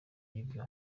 y’ibyo